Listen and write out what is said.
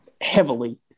heavily